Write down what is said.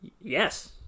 Yes